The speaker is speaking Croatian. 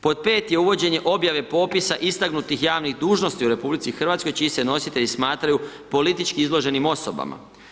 Pod 5. je uvođenje objave popisa istaknutih javnih dužnosti u RH čiji se nositelji smatraju politički izloženim osobama.